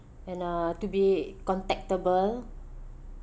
and uh to be contactable